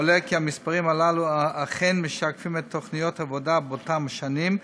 עולה כי המספרים הללו אכן משקפים את תוכניות העבודה באותן שנים,